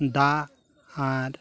ᱫᱟᱜ ᱟᱨ